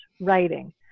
writing